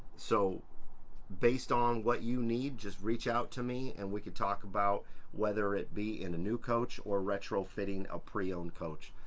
so based on what you need, just reach out to me and we can talk about whether it be in a new coach or retrofitting a pre-owned coach,